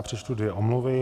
Přečtu dvě omluvy.